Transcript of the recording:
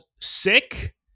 sick